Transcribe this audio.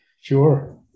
Sure